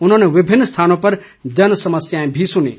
उन्होंने विभिन्न स्थानों पर जन समस्याएं भी सुनीं